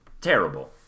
terrible